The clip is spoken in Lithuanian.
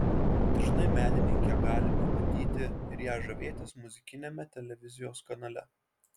dažnai menininkę galime matyti ir ja žavėtis muzikiniame televizijos kanale